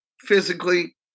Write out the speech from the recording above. physically